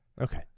Okay